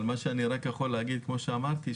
מה שאני יכול להגיד כפי שאמרתי,